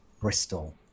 bristol